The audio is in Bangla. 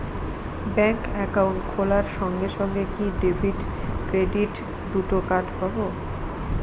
ব্যাংক অ্যাকাউন্ট খোলার সঙ্গে সঙ্গে কি ডেবিট ক্রেডিট দুটো কার্ড পাবো?